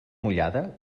mullada